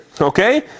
Okay